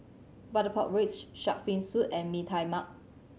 butter pork ribs Shark's Fin Soup and Mee Tai Mak